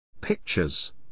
Pictures